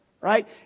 right